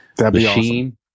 machine